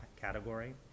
category